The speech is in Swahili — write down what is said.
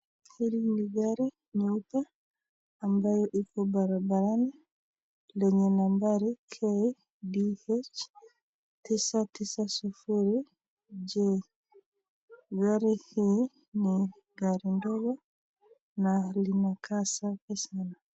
Hili ni gari nyeupe ambayo liko barabarani lina nambari KDH tisa tisa sufuri J.Gari hii ni gari ndogo na linakaa safi sana.